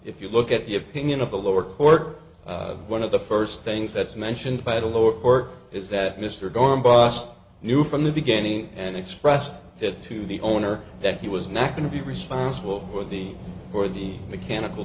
if you look at the opinion of the lower court one of the first things that's mentioned by the lower work is that mr gone bust knew from the beginning and expressed it to the owner that he was not going to be responsible with the for the mechanical